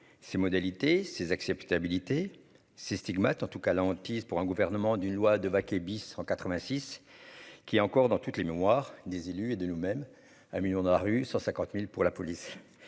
ses modalités, ses acceptabilité ses stigmates, en tout cas la hantise pour un gouvernement d'une loi Devaquet bis en 86 qui est encore dans toutes les mémoires des élus et de nous même un 1000000 dans la rue, sur 50000 pour la police